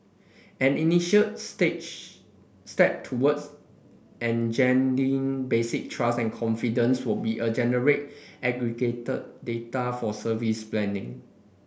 an initial stage step towards basic trust and confidence would be a generate aggregated data for service planning